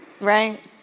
Right